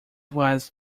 was